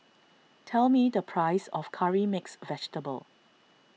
tell me the price of Curry Mixed Vegetable